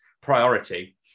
priority